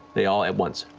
they all at once